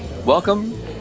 Welcome